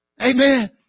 Amen